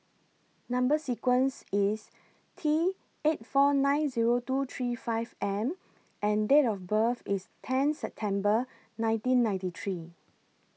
Number sequence IS T eight four nine Zero two three five M and Date of birth IS tenth September nineteen ninety three